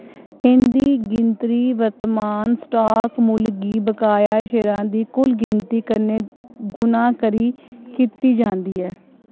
एह्दी गिनतरी वर्तमान स्टाक मुल्ल गी बकाया शेयरें दी कुल गिनतरी कन्नै गुणा करी कीती जंदी ऐ